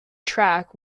track